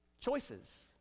choices